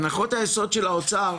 הנחות היסוד של האוצר